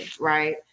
right